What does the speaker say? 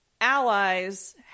allies